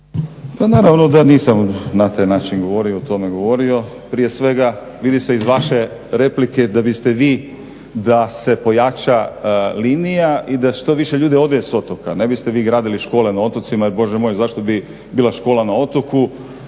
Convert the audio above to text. Pa naravno da nisam na taj način govorio, o tome govorio. Prije svega vidi se iz vaše replike da biste vi da se pojača linija i da što više ljudi ode sa otoka. Ne biste vi gradili škole na otocima, jer Bože moj zašto bi bila škola na otoku,